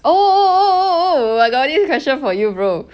oh oh oh oh oh my god this question for you bro